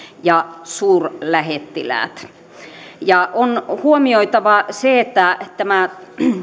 ja suurlähettiläät on huomioitava että tämä